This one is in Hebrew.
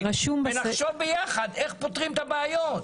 ונחשוב ביחד איך פותרים את הבעיות.